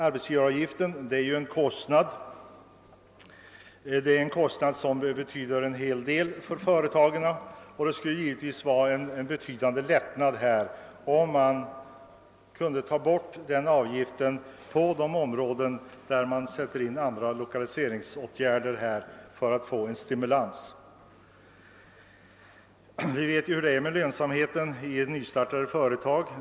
Arbetsgivaravgiften är ju en kostnad som har en ganska stor betydelse för företagen, och det skulle givetvis vara en betydande lättnad om denna avgift kunde avskaffas inom de områden där andra lokaliseringsåtgärder sätts in i stimulerande syfte. Vi vet alla hur det är med lönsamheten i nystartade företag.